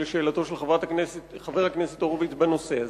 טוב שאדוני יענה היום על שאלתו של חבר הכנסת הורוביץ בנושא הזה,